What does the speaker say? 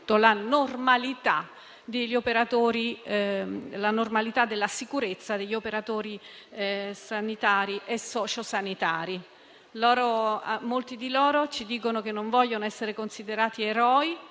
la normalità della sicurezza degli operatori sanitari e socio-sanitari. Molti di loro ci dicono di non voler essere considerati eroi,